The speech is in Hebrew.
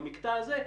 במקטע הזה,